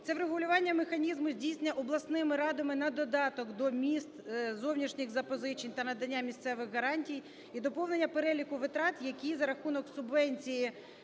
це врегулювання механізму здійснення обласними радами на додаток до міст зовнішніх запозичень та надання місцевих гарантій і доповнення переліку витрат, які за рахунок субвенції